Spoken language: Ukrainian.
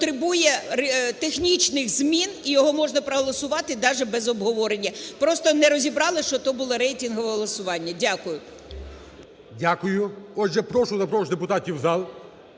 потребує технічних змін, і його можна проголосувати даже без обговорення. Просто не розібрали, що то було рейтингове голосування. Дякую. ГОЛОВУЮЧИЙ. Дякую. Отже, прошу запрошувати депутатів в зал.